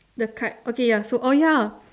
the cart okay ya so oh ya